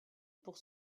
pour